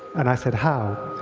and i said, how?